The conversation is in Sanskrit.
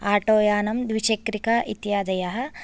आटो यानं द्विचक्रिका इत्यादयः